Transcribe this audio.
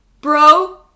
Bro